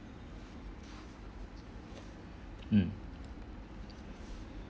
mm